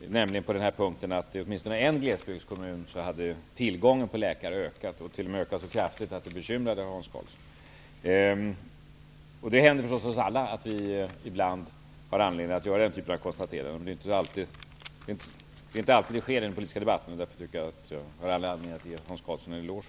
hedrar honom. I åtminstone en glesbygdskommun hade tillgången på läkare ökat så kraftigt att det bekymrade Hans Karlsson. Det händer oss alla att vi ibland får anledning att göra den typen av konstaterande. Men det är inte alltid det sker i den politiska debatten. Därför har jag all anledning att ge Hans Karlsson en eloge.